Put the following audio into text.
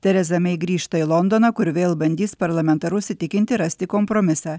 tereza mei grįžta į londoną kur vėl bandys parlamentarus įtikinti rasti kompromisą